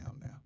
now